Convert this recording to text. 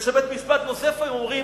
וכשבית-משפט נוזף הם אומרים: